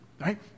right